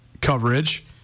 coverage